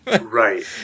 Right